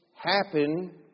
happen